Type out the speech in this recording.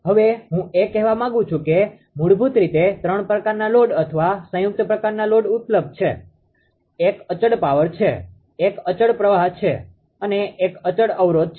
હવે હું એ કહેવા માંગુ છું કે મૂળભૂત રીતે 3 પ્રકારનાં લોડ અથવા સંયુક્ત પ્રકારનાં લોડ ઉપલબ્ધ છે એક અચળ પાવર છે એક અચળ પ્રવાહ છે અને એક અચળ અવરોધ છે